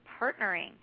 partnering